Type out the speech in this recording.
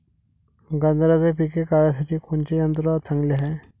गांजराचं पिके काढासाठी कोनचे यंत्र चांगले हाय?